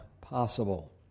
possible